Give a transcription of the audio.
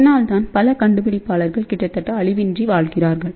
இதனால்தான் பல கண்டுபிடிப்பாளர்கள் கிட்டத்தட்ட அழிவின்றி வாழ்கிறார்கள்